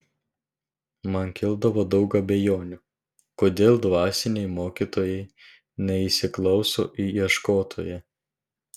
man kildavo daug abejonių kodėl dvasiniai mokytojai neįsiklauso į ieškotoją